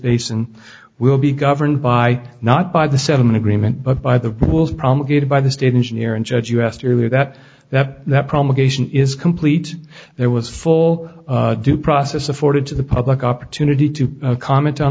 basin will be governed by not by the settlement agreement but by the rules promulgated by the state engineer and judge us to earlier that that problem again is complete there was full due process afforded to the public opportunity to comment on